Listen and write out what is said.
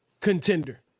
contender